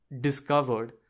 discovered